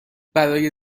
برای